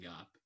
up